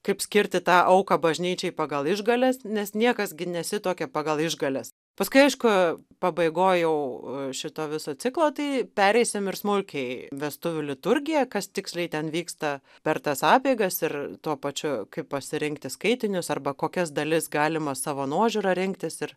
kaip skirti tą auką bažnyčiai pagal išgales nes niekas gi nesituokia pagal išgales paskui aišku pabaigoj jau šito viso ciklo tai pereisim ir smulkiai vestuvių liturgiją kas tiksliai ten vyksta per tas apeigas ir tuo pačiu kaip pasirinkti skaitinius arba kokias dalis galima savo nuožiūra rinktis ir